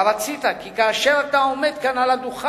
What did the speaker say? אבל רצית שכאשר אתה עומד כאן על הדוכן,